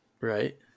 Right